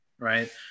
right